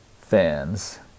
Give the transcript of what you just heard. fans